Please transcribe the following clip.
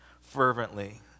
fervently